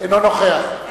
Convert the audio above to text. - אינו נוכח רחל